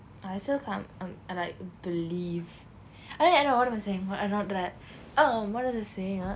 I still can't I'm like believe I I know what I'm saying I'm not that oh what was I saying ah